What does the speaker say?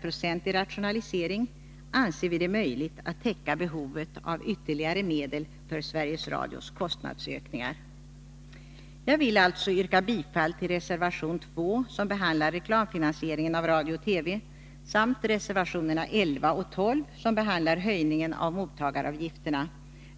procentig rationalisering anser vi det möjligt att täcka behovet av ytterligare medel för Sveriges Radios kostnadsökningar. Jag vill yrka bifall till reservation 2, som behandlar reklamfinansiering av radio och TV, samt reservationerna 11 och 12, som behandlar höjningen av mottagaravgifterna